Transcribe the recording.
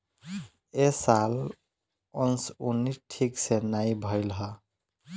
ए साल ओंसउनी ठीक से नाइ भइल हअ